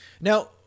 Now